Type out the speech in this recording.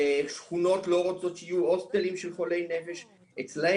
ושכונות לא רוצות שיהיו הוסטלים של חולי נפש אצלם.